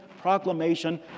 proclamation